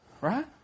Right